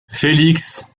félix